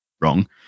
wrong